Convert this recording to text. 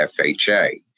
FHA